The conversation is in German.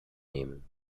nehmen